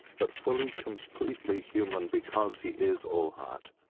but fully, completely human because he is all heart.